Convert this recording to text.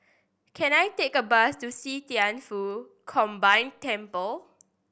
can I take a bus to See Thian Foh Combined Temple